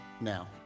now